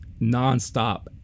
nonstop